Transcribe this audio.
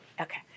Okay